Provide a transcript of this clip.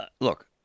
look